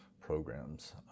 programs